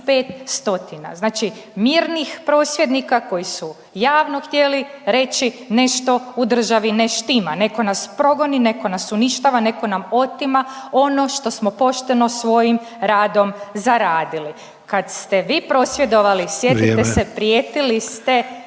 Znači mirnih prosvjednika koji su javno htjeli reći nešto u državi ne štima, netko nas progoni, netko nas uništava, netko nam otima ono što smo pošteno svojim radom zaradili. Kad ste vi prosvjedovali, …/Upadica Sanader: Vrijeme./…